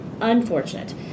unfortunate